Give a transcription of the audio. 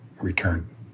return